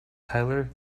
tyler